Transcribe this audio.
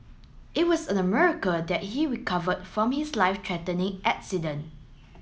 it was a miracle that he recovered from his life threatening accident